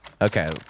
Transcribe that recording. Okay